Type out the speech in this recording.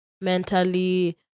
mentally